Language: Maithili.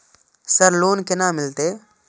सर लोन केना मिलते?